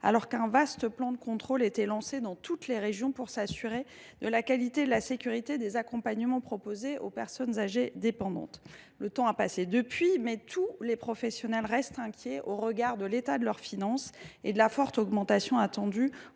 alors qu’un vaste plan de contrôle était lancé dans toutes les régions pour s’assurer de la qualité et de la sécurité des accompagnements proposés aux personnes âgées dépendantes. Le temps a passé depuis, mais tous les professionnels restent inquiets au regard de l’état des finances des établissements – selon